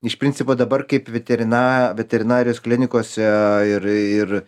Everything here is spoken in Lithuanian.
iš principo dabar kaip veterina veterinarijos klinikose ir ir